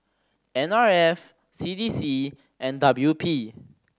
N R F C D C and W P